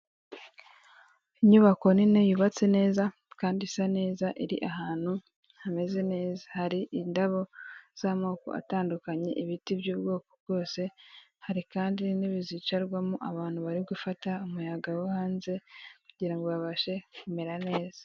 Inyubako nini yubatse neza kandi isa neza, iri ahantu hameze neza, hari indabo z'amoko atandukanye, ibiti by'ubwoko bwose, hari kandi intebe zicarwamo abantu bari gufata umuyaga wo hanze, kugirango babashe kumera neza.